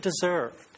deserved